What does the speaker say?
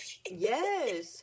yes